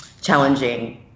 challenging